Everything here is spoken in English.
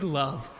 love